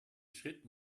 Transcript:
schritt